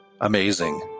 amazing